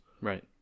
Right